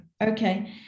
okay